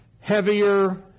heavier